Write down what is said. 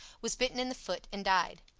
was bitten in the foot, and died.